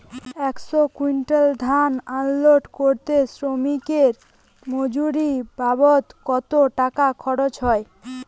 একশো কুইন্টাল ধান আনলোড করতে শ্রমিকের মজুরি বাবদ কত টাকা খরচ হয়?